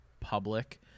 public